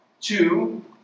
Two